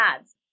ads